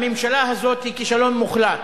הממשלה הזאת היא כישלון מוחלט